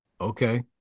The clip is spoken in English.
Okay